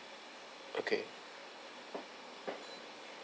okay